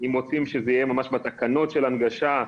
אם רוצים שזה יהיה בתקנות של הנגשה,